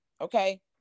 Okay